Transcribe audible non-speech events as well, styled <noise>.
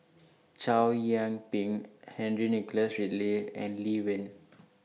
<noise> Chow Yian Ping Henry Nicholas Ridley and Lee Wen